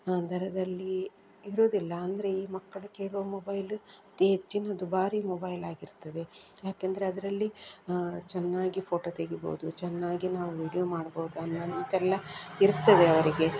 ದರದಲ್ಲಿ ಇರೋದಿಲ್ಲ ಅಂದರೆ ಈ ಮಕ್ಕಳು ಕೇಳುವ ಮೊಬೈಲು ಅತೀ ಹೆಚ್ಚಿನ ದುಬಾರಿ ಮೊಬೈಲ್ ಆಗಿರ್ತದೆ ಯಾಕೆಂದರೆ ಅದರಲ್ಲಿ ಚೆನ್ನಾಗಿ ಫೋಟೋ ತೆಗೀಬೋದು ಚೆನ್ನಾಗಿ ನಾವು ವೀಡಿಯೊ ಮಾಡ್ಬೋದು ಅನ್ನುವಂತೆಲ್ಲ ಇರ್ತದೆ ಅವರಿಗೆ